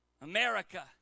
America